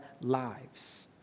lives